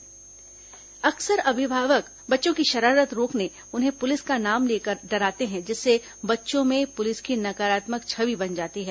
बाल मित्र कक्ष अक्सर अभिभावक बच्चों की शरारत रोकने उन्हें पुलिस का नाम लेकर डराते हैं जिससे बच्चों में पुलिस की नकारात्मक छवि बन जाती है